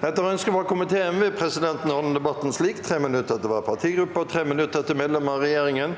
fra familie- og kulturkomiteen vil presidenten ordne debatten slik: 3 minutter til hver partigruppe og 3 minutter til medlemmer av regjeringen.